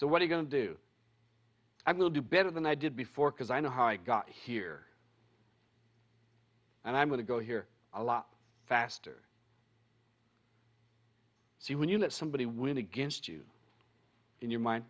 so what are you going to do i'm going to do better than i did before because i know how i got here and i'm going to go here a lot faster she when you know somebody win against you in your mind